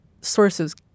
sources